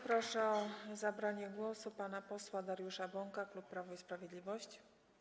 Proszę o zabranie głosu pana posła Dariusza Bąka, klub Prawo i Sprawiedliwość.